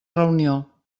reunió